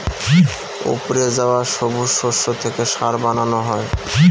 উপড়ে যাওয়া সবুজ শস্য থেকে সার বানানো হয়